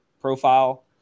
profile